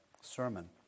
sermon